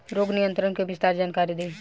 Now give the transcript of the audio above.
रोग नियंत्रण के विस्तार जानकारी दी?